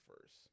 first